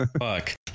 fuck